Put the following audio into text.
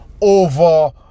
over